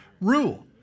rule